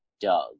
Doug